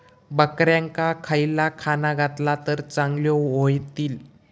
बकऱ्यांका खयला खाणा घातला तर चांगल्यो व्हतील?